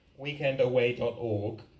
weekendaway.org